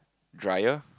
dryer